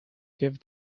give